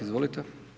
Izvolite.